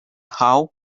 how